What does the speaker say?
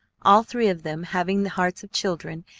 all three of them having the hearts of children,